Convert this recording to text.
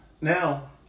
Now